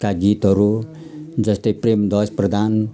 का गीतहरू जस्तै प्रेमधोज प्रधान